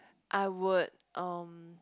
I would um